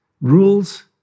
rules